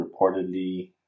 reportedly